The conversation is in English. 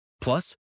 Plus